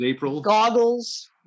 goggles